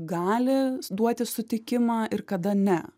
gali duoti sutikimą ir kada ne